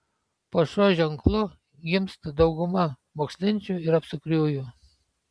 po šiuo ženklu gimsta dauguma mokslinčių ir apsukriųjų